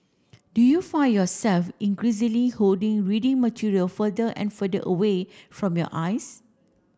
do you find yourself increasingly holding reading material further and further away from your eyes